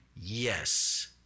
Yes